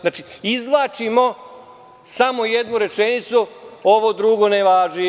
Znači, izvlačimo samo jednu rečenicu, ovo drugo ne važi.